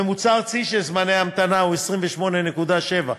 הממוצע הארצי של זמני ההמתנה הוא 28.7 דקות.